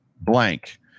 blank